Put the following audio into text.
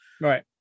Right